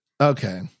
Okay